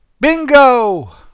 BINGO